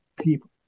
people